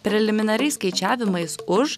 preliminariais skaičiavimais už